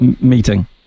meeting